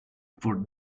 for